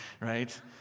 right